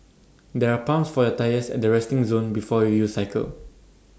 there are pumps for your tyres at the resting zone before you cycle